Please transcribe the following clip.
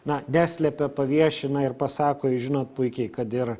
na neslepia paviešina ir pasako jūs žinot puikiai kad ir